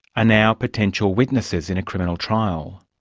ah now potential witnesses in a criminal trial.